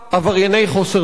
מה צריך לעשות?